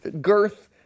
girth